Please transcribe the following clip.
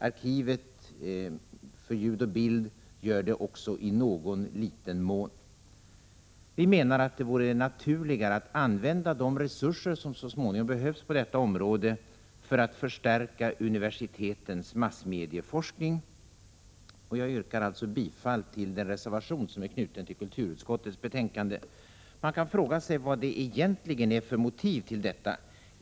Arkivet för ljud och bild gör det också i någon liten mån. Vi menar att det vore naturligare att använda de resurser som så småningom behövs på detta område för att förstärka universitetens massmedieforskning. Jag yrkar alltså bifall till den reservation som är fogad till kulturutskottets betänkande. Man kan fråga sig vad det egentligen finns för motiv till förslaget i propositionen.